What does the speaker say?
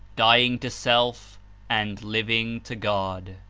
dying to self and living to god.